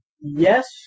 yes